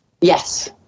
Yes